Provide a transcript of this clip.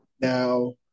Now